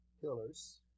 pillars